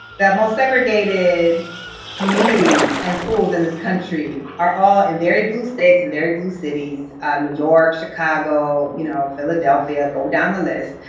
the most segregated communities and schools in this country are all in very blue states, in very blue cities new york, chicago, you know, philadelphia, go down the list.